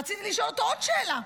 רציתי לשאול אותו עוד שאלה.